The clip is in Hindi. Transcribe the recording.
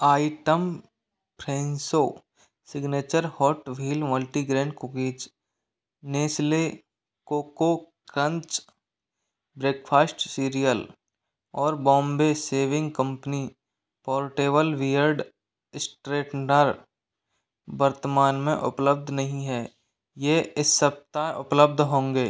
item Frenzo signature hot wheel multi grain cookies Nestle coco crunch breakfast cereal और Bombay shaving company portable beard straightener वर्तमान में उपलब्ध नहीं हैं यह इस सप्ताह उपलब्ध होंगे